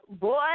Boy